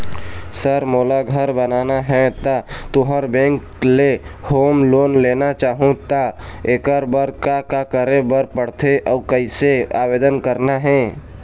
Sir मोला घर बनाना हे ता तुंहर बैंक ले होम लोन लेना चाहूँ ता एकर बर का का करे बर पड़थे अउ कइसे आवेदन करना हे?